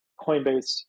coinbase